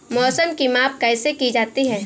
मौसम की माप कैसे की जाती है?